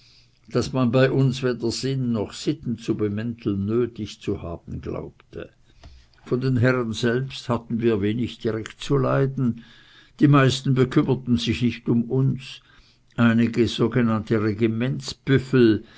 daß man bei uns weder sinn noch sitten zu bemänteln nötig zu haben glaubte von den herren selbst hatten wir direkt wenig zu leiden die meisten bekümmerten sich nicht um uns einige sogenannte